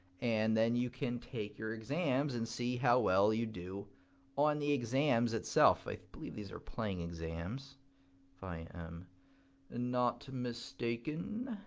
and then you can take your exams and see how well you do on the exams, itself. i believe these are playing exams if i am not mistaken.